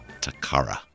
Takara